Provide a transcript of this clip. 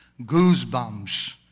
goosebumps